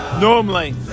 normally